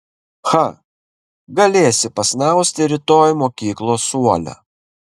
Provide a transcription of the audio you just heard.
cha galėsi pasnausti rytoj mokyklos suole